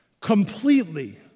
Completely